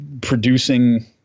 producing